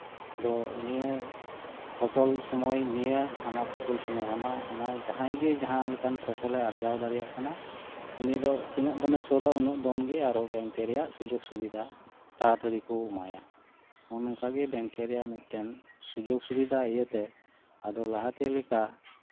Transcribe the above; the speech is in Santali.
ᱱᱤᱭᱟᱹ ᱯᱷᱚᱥᱚᱞ ᱥᱚᱢᱚᱭ ᱱᱤᱭᱟᱹ ᱱᱚᱣᱟ ᱯᱷᱚᱥᱚᱞ ᱥᱚᱢᱚᱭ ᱱᱟᱣᱟ ᱡᱟᱸᱦᱟᱭ ᱜᱮ ᱡᱟᱸᱦᱟ ᱞᱮᱠᱟᱱᱟᱜ ᱯᱷᱚᱥᱚᱞᱮ ᱟᱨᱡᱟᱣ ᱫᱟᱲᱮᱭᱟᱜ ᱠᱟᱱ ᱩᱱᱤ ᱫᱚ ᱛᱤᱱᱟᱹᱜ ᱫᱚᱢᱮ ᱥᱳᱫᱷᱼᱟ ᱩᱱᱟᱹᱜ ᱫᱚᱢ ᱜᱮ ᱵᱮᱝᱠᱮ ᱨᱮᱭᱟᱜ ᱥᱩᱡᱳᱜ ᱥᱩᱵᱤᱫᱷᱟ ᱛᱟᱲᱟ ᱛᱟᱲᱤ ᱠᱚ ᱮᱢᱟᱭᱟ ᱚᱱᱠᱟᱜᱮ ᱢᱤᱫᱴᱟᱱ ᱵᱮᱝᱠᱮ ᱨᱮᱭᱟᱜ ᱥᱩᱡᱳᱜ ᱥᱩᱵᱤᱫᱷᱟ ᱤᱭᱟᱹᱛᱮ ᱟᱫᱚ ᱞᱟᱦᱟᱛᱮ ᱞᱮᱠᱟ